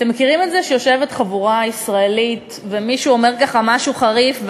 אתם מכירים את זה שיושבת חבורה ישראלית ומישהו אומר ככה משהו חריף,